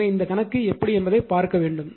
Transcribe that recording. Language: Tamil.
எனவே இந்த கணக்கு எப்படி என்பதைப் பார்க்க வேண்டும்